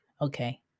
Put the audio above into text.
okay